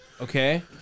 Okay